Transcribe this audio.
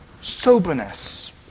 soberness